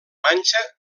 manxa